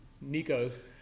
Nico's